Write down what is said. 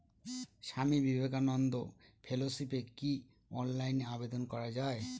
স্বামী বিবেকানন্দ ফেলোশিপে কি অনলাইনে আবেদন করা য়ায়?